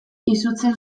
izutzen